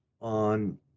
on